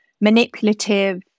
manipulative